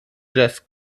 jazz